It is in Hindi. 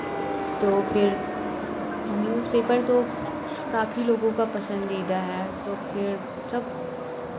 तो फिर न्यूज़पेपर तो काफ़ी लोगों का पसंदीदा है तो फिर सब